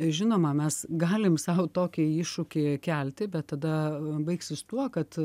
žinoma mes galim sau tokį iššūkį kelti bet tada baigsis tuo kad